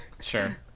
Sure